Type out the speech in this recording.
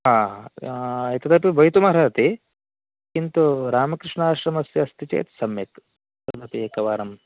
हा एतदपि भवितुमर्हति किन्तु रामकृष्णाश्रमस्य अस्ति चेत् सम्यक् तदपि एकवारं